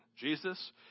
jesus